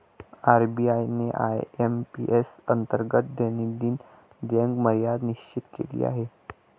RBI ने IMPS अंतर्गत दैनंदिन देयक मर्यादा निश्चित केली आहे